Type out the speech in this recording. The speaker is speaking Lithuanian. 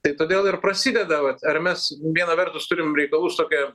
tai todėl ir prasideda vat ar mes viena vertus turim reikalų su tokia